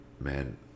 man